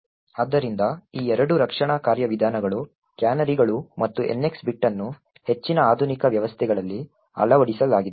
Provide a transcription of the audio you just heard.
ಆದ್ದರಿಂದ ಈ ಎರಡೂ ರಕ್ಷಣಾ ಕಾರ್ಯವಿಧಾನಗಳು ಕ್ಯಾನರಿಗಳು ಮತ್ತು NX ಬಿಟ್ ಅನ್ನು ಹೆಚ್ಚಿನ ಆಧುನಿಕ ವ್ಯವಸ್ಥೆಗಳಲ್ಲಿ ಅಳವಡಿಸಲಾಗಿದೆ